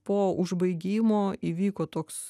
po užbaigimo įvyko toks